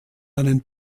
einen